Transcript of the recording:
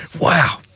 Wow